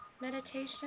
meditation